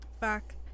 back